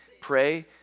Pray